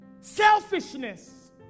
Selfishness